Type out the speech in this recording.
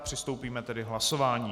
Přistoupíme tedy k hlasování.